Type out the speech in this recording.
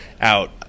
out